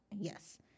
Yes